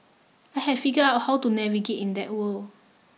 I had figure out how to navigate in that world